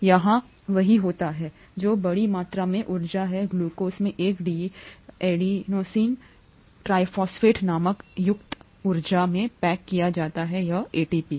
तो यहाँ वही होता है जो बड़ी मात्रा में ऊर्जा है ग्लूकोज में एक एडेनोसिन ट्राइफॉस्फेट नामक उपयुक्त ऊर्जा में पैक किया जाता है या एटीपी